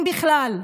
אם בכלל.